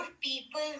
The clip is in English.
people